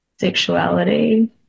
sexuality